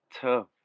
tough